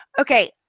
Okay